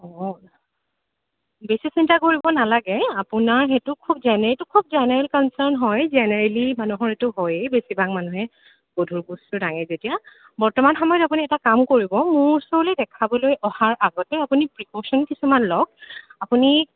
অঁ বেছি চিন্তা কৰিব নালাগে আপোনাৰ সেইটো খুব জেনেৰেল এইটো খুব জেনেৰেল কনৰ্চান হয় জেনেৰেলি মানুহৰ সেইটো হয়েই বেছিভাগ মানুহে গধুৰ বস্তু ডাঙে যেতিয়া বৰ্তমান সময়ত আপুনি এটা কাম কৰিব মোৰ ওচৰলৈ দেখাবলৈ অহাৰ আগতে আপুনি প্ৰিক'চন কিছুমান লওক আপুনি